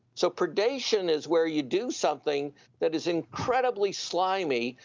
so predation is where you do something that is incredibly slimy,